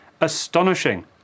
astonishing